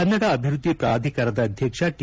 ಕನ್ನಡ ಅಭಿವೃದ್ದಿ ಪ್ರಾಧಿಕಾರದ ಅಧ್ಯಕ್ಷ ಟಿ